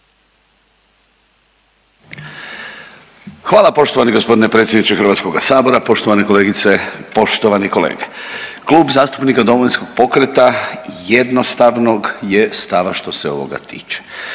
Hvala poštovani gospodine predsjedniče Hrvatskoga sabora. Poštovane kolegice, poštovani kolege, Klub zastupnika Domovinskog pokreta jednostavnog je stava što se ovoga tiče.